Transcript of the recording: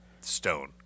stone